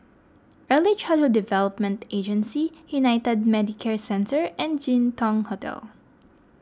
Early Childhood Development Agency United Medicare Centre and Jin Dong Hotel